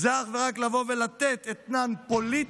זה אך ורק לבוא ולתת אתנן פוליטי,